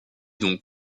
donc